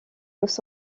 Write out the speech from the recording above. los